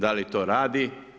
Da l to radi?